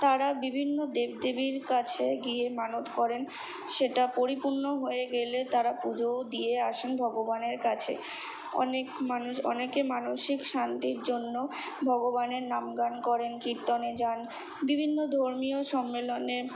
তারা বিভিন্ন দেব দেবীর কাছে গিয়ে মানত করেন সেটা পরিপূর্ণ হয়ে গেলে তারা পুজোও দিয়ে আসেন ভগবানের কাছে অনেক মানুষ অনেকে মানসিক শান্তির জন্য ভগবানের নামগান করেন কীর্তনে যান বিভিন্ন ধর্মীয় সম্মেলনে